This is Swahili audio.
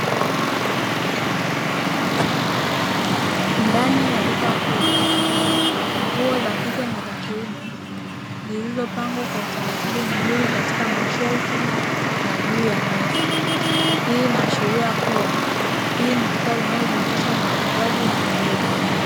Ndani ya duka kubwa nguo za kike na za kiume zilizopangwa kwa utaratibu mzuri katika mashelfu na juu ya meza hii, inaashiria kuwa hili ni duka linalojihusisha na uuzaji wa nguo.